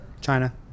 China